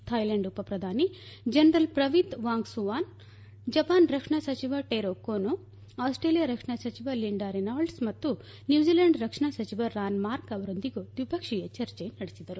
Thailand ಉಪಪ್ರಧಾನಿ general Prawit Wongsuwan Japan ರಕ್ಷಣಾ ಸಚಿವ ಟರೊ ಕೊನೊ ಆಸ್ತ್ರೇಲಿಯಾ ರಕ್ಷಣಾ ಸಚಿವ ಲಿಂಡಾ ರೆನಾಲ್ಡ್ ಮತ್ತು ನ್ಯೂಜಿಲೆಂಡ್ ರಕ್ಷಣಾ ಸಚಿವ ರಾನ್ ಮಾರ್ಕ್ ಅವರೊಂದಿಗೂ ದ್ವಿಪಕ್ಷೀಯ ಚರ್ಚೆ ನಡೆಸಿದರು